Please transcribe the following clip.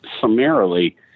summarily